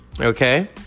okay